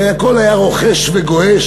הרי הכול היה רוחש וגועש,